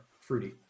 fruity